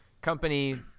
company